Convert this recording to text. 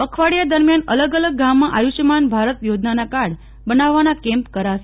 પખવાડિયા દરમ્યાન અલગ અલગ ગામમાં આયુષ્માન ભારત યોજનાના કાર્ડ બનાવવાના કેમ્પ કરાશે